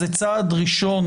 זה צעד ראשון,